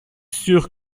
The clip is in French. sûr